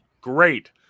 Great